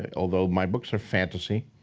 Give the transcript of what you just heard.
ah although my books have fantasy,